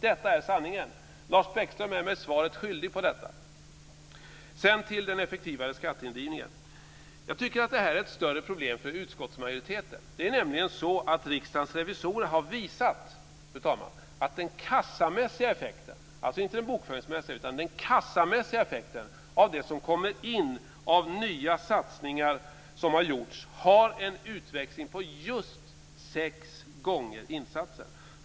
Detta är sanningen. Lars Bäckström är mig svaret skyldig i det avseendet. Sedan till detta med den effektivare skatteindrivningen. Jag tycker att det här är ett större problem för utskottsmajoriteten. Det är nämligen så att Riksdagens revisorer har visat, fru talman, att den kassamässiga effekten, alltså inte den bokföringsmässiga effekten utan den kassamässiga, av det som kommer in av nya satsningar som har gjorts har en utväxling på just sex gånger insatsen.